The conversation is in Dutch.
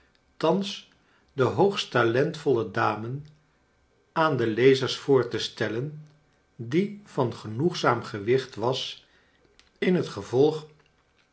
thans de hoogst talentvolle dame aan de lezers voor te stellen die van genoegzaam gewicht was in het gevolg